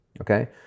Okay